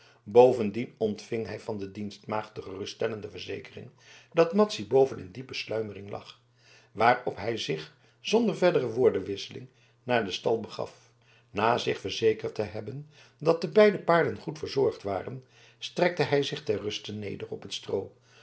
bovendien ontving hij van de dienstmaagd de geruststellende verzekering dat madzy boven in diepe sluimering lag waarop hij zich zonder verdere woordenwisseling naar den stal begaf na zich verzekerd te hebben dat de beide paarden goed verzorgd waren strekte hij zich ter ruste neder op het stroo